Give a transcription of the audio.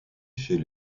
chez